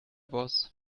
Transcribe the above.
boss